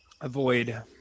Avoid